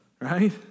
right